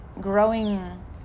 growing